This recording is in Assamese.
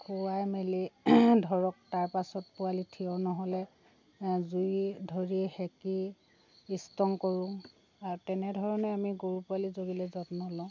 খোওৱাই মেলি ধৰক তাৰপাছত পোৱালি থিয় নহ'লে জুই ধৰি সেকি ইছটং কৰোঁ আৰু তেনেধৰণে আমি গৰু পোৱালি জগিলে যত্ন লওঁ